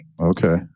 Okay